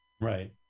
Right